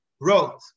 Wrote